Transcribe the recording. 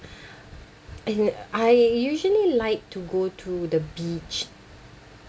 and I usually like to go to the beach